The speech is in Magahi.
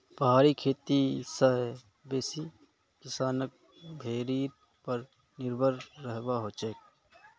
पहाड़ी खेती स बेसी किसानक भेड़ीर पर निर्भर रहबा हछेक